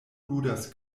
ludas